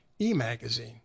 e-magazine